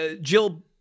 Jill